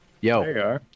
yo